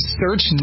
search